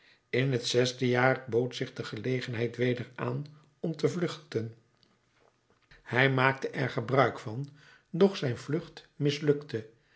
in het zesde jaar bood zich de gelegenheid weder aan om te vluchten hij maakte er gebruik van doch zijn vlucht mislukte